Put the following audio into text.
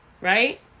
right